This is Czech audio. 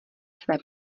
své